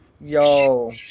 Yo